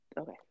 Okay